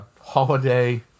holiday